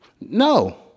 no